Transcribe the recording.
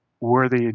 worthy